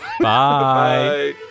Bye